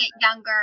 younger